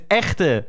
echte